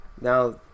now